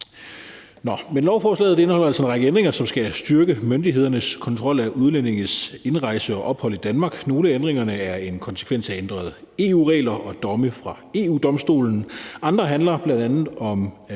lovforslaget indeholder altså en række ændringer, som skal styrke myndighedernes kontrol af udlændinges indrejse og ophold i Danmark. Nogle af ændringerne er en konsekvens af ændrede EU-regler og domme fra EU-Domstolen. Andre handler bl.a. om